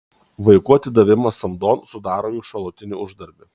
vaikų atidavimas samdon sudaro jo šalutinį uždarbį